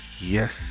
yes